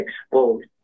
exposed